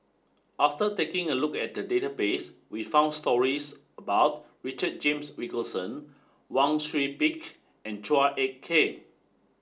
after taking a look at the database we found stories about Richard James Wilkinson Wang Sui Pick and Chua Ek Kay